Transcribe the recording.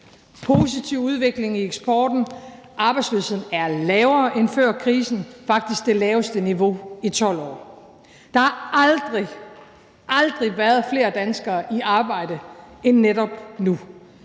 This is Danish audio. positiv udvikling i eksporten. Arbejdsløsheden er lavere end før krisen, faktisk på det laveste niveau i 12 år. Der har aldrig – aldrig – været flere danskere i arbejde end netop nu,